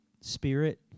spirit